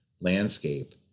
landscape